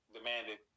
demanded